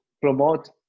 promote